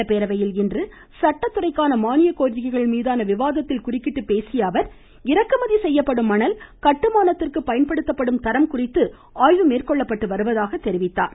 சட்டப்பேரவையில் இன்று சட்டத்துறைக்கான மானியக் கோரிக்கைகள் மீதான விவாதத்தில் குறுக்கிட்டு பேசிய அவர் இறக்குமதி செய்யப்படும் மணல் கட்டுமானத்திற்கு பயன்படுத்தப்படும் தரம் குறித்து ஆய்வு மேற்கொள்ளப்பட்டு வருவதாக தெரிவித்தார்